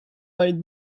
might